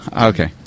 okay